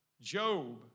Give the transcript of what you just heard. Job